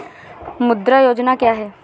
मुद्रा योजना क्या है?